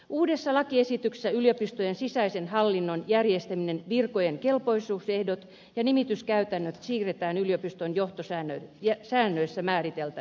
uudessa lakiesityksessä yliopistojen sisäisen hallinnon järjestäminen virkojen kelpoisuusehdot ja nimityskäytännöt siirretään yliopiston johtosäännöissä määriteltäviksi